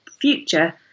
future